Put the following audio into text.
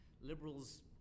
liberals